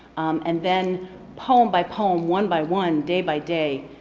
and then poem by poem, one by one, day by day,